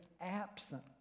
absent